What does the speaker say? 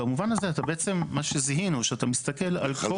במובן הזה, בעצם מה שזיהינו, שאתה מסתכל על כל